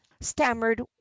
stammered